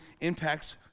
impacts